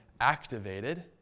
activated